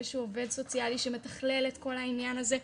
איזשהו עובד סוציאלי שמתכלל את כל העניין הזה,